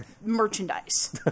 merchandise